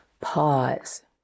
pause